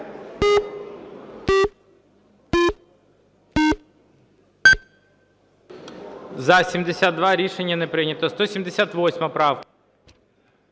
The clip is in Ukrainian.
За-72 Рішення не прийнято. 178 правка.